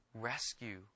Rescue